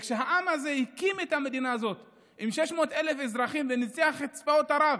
וכשהעם הזה הקים את המדינה הזאת עם 600,000 אזרחים וניצח את צבאות ערב